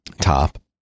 TOP